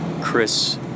Chris